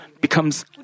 becomes